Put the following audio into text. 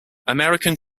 american